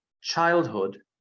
childhood